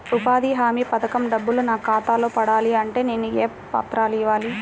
ఉపాధి హామీ పథకం డబ్బులు నా ఖాతాలో పడాలి అంటే నేను ఏ పత్రాలు ఇవ్వాలి?